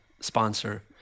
sponsor